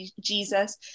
Jesus